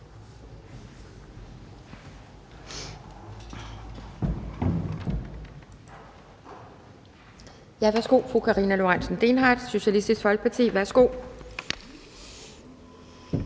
Så er det fru Karina Lorentzen Dehnhardt, Socialistisk Folkeparti. Kl.